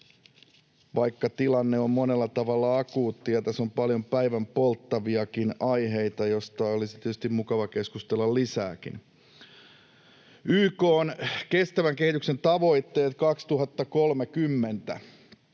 vaikka tilanne on monella tavalla akuutti ja tässä on paljon päivänpolttaviakin aiheita, joista olisi tietysti mukava keskustella lisääkin. YK:n kestävän kehityksen tavoitteet 2030